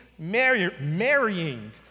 Marrying